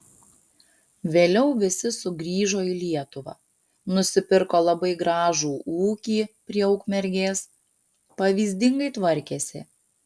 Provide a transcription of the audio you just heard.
vėliau visi sugrįžo į lietuvą nusipirko labai gražų ūkį prie ukmergės pavyzdingai tvarkėsi